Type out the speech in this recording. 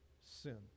sin